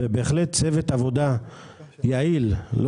בהחלט צוות עבודה יעיל ואפקטיבי,